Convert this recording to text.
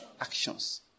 Actions